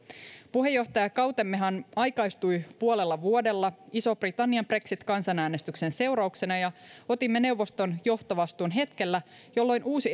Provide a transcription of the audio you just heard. puheenjohtajakautemmehan aikaistui puolella vuodella ison britannian brexit kansanäänestyksen seurauksena ja otimme neuvoston johtovastuun hetkellä jolloin uusi